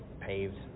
paved